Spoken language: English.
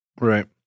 Right